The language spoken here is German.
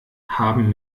haben